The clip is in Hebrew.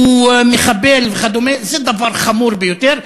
הוא מחבל וכדומה, זה דבר חמור ביותר.